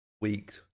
weeks